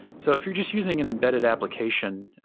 so if you're just using an embedded application,